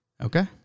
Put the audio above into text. Okay